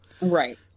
right